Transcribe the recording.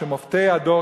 שמופתי הדור,